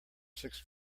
six